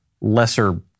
lesser